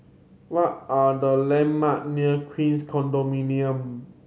what are the landmark near Queens Condominium